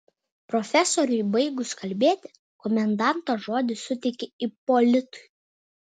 profesoriui baigus kalbėti komendantas žodį suteikė ipolitui